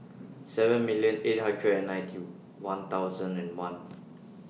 seven million eight hundred and nineteen one thousand and one